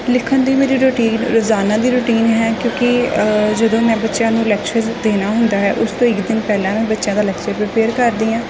ਲਿਖਣ ਦੀ ਮੇਰੀ ਰੂਟੀਨ ਰੋਜ਼ਾਨਾ ਦੀ ਰੂਟੀਨ ਹੈ ਕਿਉਂਕਿ ਜਦੋਂ ਮੈਂ ਬੱਚਿਆਂ ਨੂੰ ਲੈਕਚਰਜ਼ ਦੇਣਾ ਹੁੰਦਾ ਹੈ ਉਸ ਤੋਂ ਇੱਕ ਦਿਨ ਪਹਿਲਾਂ ਬੱਚਿਆਂ ਦਾ ਲੈਕਚਰ ਪ੍ਰਿਪੇਅਰ ਕਰਦੀ ਹਾਂ